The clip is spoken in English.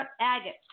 agate